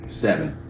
seven